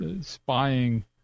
spying